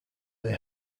they